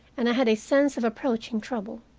and i had a sense of approaching trouble.